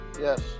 yes